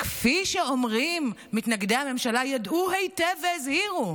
שכפי שאומרים מתנגדי הממשלה ידעו היטב והזהירו?